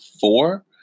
four